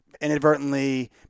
inadvertently